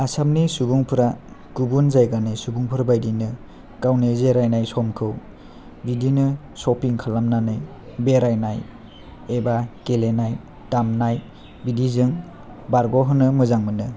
आसामनि सुबुंफोरा गुबुन जायगानि सुबुंफोर बायदिनो गावनि जिरायनाय समखौ बिदिनो सफिं खालामनानै बेरायनाय एबा गेलेनाय दामनाय बिदिजों बारग' होनो मोजां मोनो